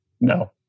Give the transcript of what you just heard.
No